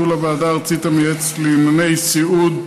(ביטול הוועדה הארצית המייעצת לענייני סיעוד),